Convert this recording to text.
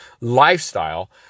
lifestyle